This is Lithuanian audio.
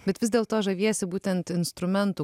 bet vis dėlto žaviesi būtent instrumentų